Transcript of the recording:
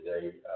today